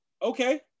Okay